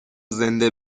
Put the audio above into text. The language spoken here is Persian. زنده